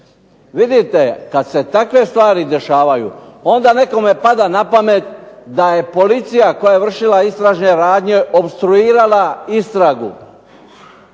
Vidite kada se takve stvari dešavaju onda nekome pada na pamet da je policija koja je vršila istražne radnje opstruirala istragu.